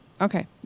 Okay